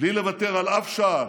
בלי לוותר על אף שעל,